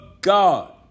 God